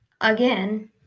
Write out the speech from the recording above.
again